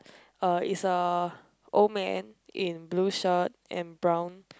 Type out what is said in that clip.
uh is a old man in blue shirt and brown